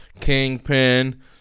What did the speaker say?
Kingpin